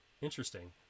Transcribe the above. Interesting